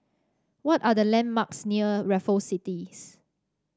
what are the landmarks near Raffle Cities